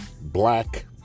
black